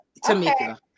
Tamika